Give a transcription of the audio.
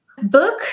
Book